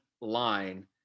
line